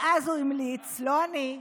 ואז הוא המליץ, לא אני,